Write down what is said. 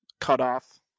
cutoff